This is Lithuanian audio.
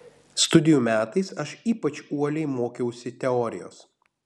studijų metais aš ypač uoliai mokiausi teorijos